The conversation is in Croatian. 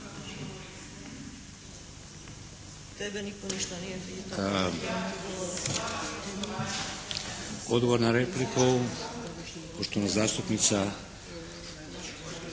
Odgovor na repliku, poštovana zastupnica